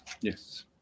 Yes